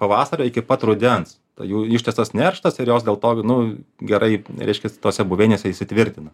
pavasarį iki pat rudens tai jų ištęstas nerštas ir jos dėl to nu gerai reiškiasi tose buveinėse įsitvirtina